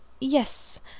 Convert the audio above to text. Yes